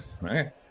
Right